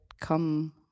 come